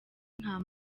nta